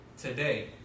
today